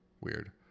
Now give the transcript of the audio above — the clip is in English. Weird